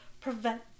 prevent